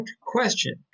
question